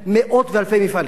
מאות ואלפי מפעלים.